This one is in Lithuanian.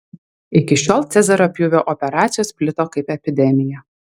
iki šiol cezario pjūvio operacijos plito kaip epidemija